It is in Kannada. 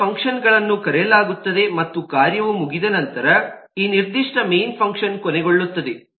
ವಿಭಿನ್ನ ಫಂಕ್ಷನ್ಗಳನ್ನು ಕರೆಯಲಾಗುತ್ತದೆ ಮತ್ತು ಕಾರ್ಯವು ಮುಗಿದ ನಂತರ ಈ ನಿರ್ದಿಷ್ಟ ಮೇನ್ ಫಂಕ್ಷನ್ ಕೊನೆಗೊಳ್ಳುತ್ತದೆ